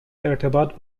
ارتباط